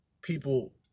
people